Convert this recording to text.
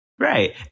Right